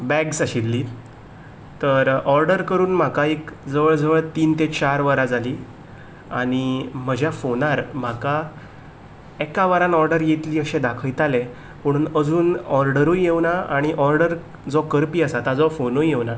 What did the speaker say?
bags आशिल्लीं तर order करून म्हाका एक जवळ जवळ तीन ते चार वरां जालीं आनी म्हज्या फोनार म्हाका एका वरान ऑर्डर येतली अशें दाखयतालें पूण अजून ऑर्डरूय येवना आनी ऑर्डर जो करपी आसा ताजो फोनूय येवना